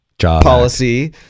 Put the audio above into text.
policy